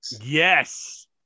yes